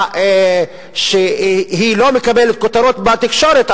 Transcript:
שלא מקבלת כותרות בתקשורת,